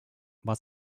war